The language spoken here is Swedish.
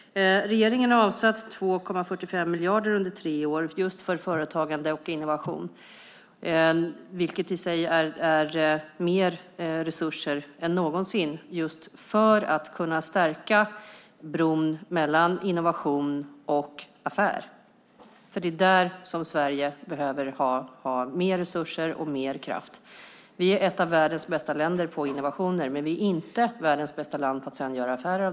Regeringen har avsatt 2,45 miljarder under tre år för företagande och innovation, vilket i sig är mer resurser än någonsin just för att stärka bron mellan innovation och affär. Det är där som Sverige behöver mer resurser och kraft. Vi är ett av världens bästa länder på innovationer, men vi är inte världens bästa land på att sedan göra affärer.